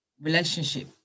relationship